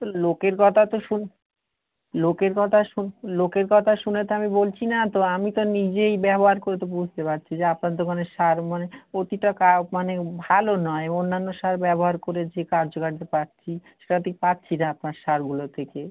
লোকের কথা তো লোকের কথা লোকের কথা শুনে তো আমি বলছি না তো আমি তো নিজেই ব্যবহার করে তো বুঝতে পারছি যে আপনার দোকানের সার মানে প্রতিটা মানে ভালো নয় অন্যান্য সার ব্যবহার করে যে কার্যকারিতা পাচ্ছি সেটা ঠিক পাচ্ছি না আপনার সারগুলো থেকে